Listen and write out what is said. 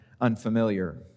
unfamiliar